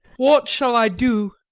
what shall i do?